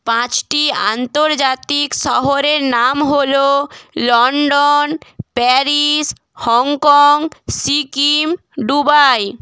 পাঁচটি আন্তর্জাতিক শহরের নাম হলো London Paris Hong Kong Sikkim Dubai